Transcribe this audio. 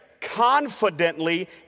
confidently